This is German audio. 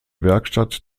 werkstatt